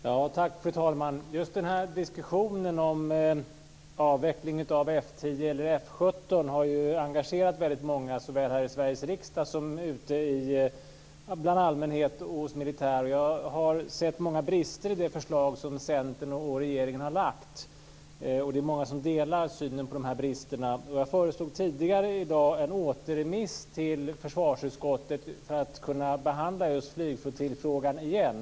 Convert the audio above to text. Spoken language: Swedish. Fru talman! Just den här diskussionen om en avveckling av F 10 eller F 17 har ju engagerat väldigt många såväl här i Sveriges riksdag som ute bland allmänheten och militären. Jag har sett många brister i det förslag som Centern och regeringen har lagt fram. Det är många som delar synen på de här bristerna. Jag föreslog tidigare i dag en återremiss till försvarsutskottet för att kunna behandla just frågan om flygflottiljerna igen.